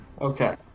Okay